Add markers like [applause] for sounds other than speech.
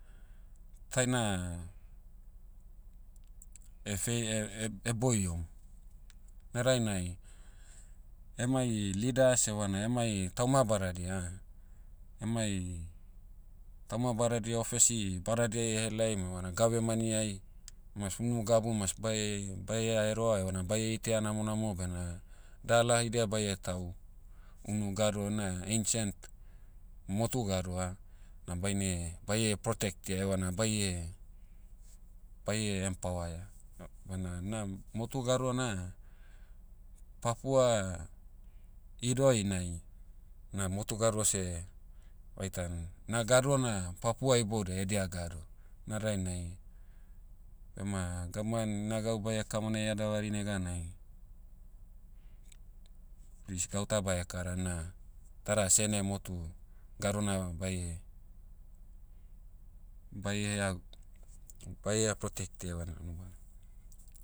Taina, [hesitation] fei- eh- eh- [hesitation] boiom. Na dainai, emai leaders evana emai tauma badadia ah, emai, tauma badadia ofesi badadiai ehelaim evana gavemani ai, mas unu gabu mas bae- baea eroa evana bae itaia namonamo bena, dala haidia bae tahu, unu gado na ancient, motu gado ah, na baine- baie protect'ia evana baie- baie empower'ia. Bana na motu gado na, papua, idoinai, na motu gado seh, vaitan, na gado na, papua iboudai edia gado. Na dainai, bema gavman na gau bae kamonaia davari neganai, please gauta bae kara na, tada sene motu, gadona baie- baieha- baia protect'ia evana unubana.